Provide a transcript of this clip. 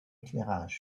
éclairage